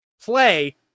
play